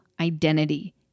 identity